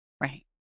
right